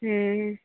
हूँ